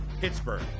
Pittsburgh